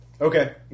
Okay